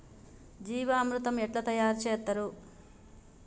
జీవామృతం ఎట్లా తయారు చేత్తరు?